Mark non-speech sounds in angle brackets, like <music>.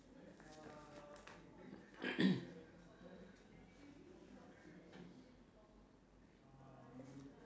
<coughs>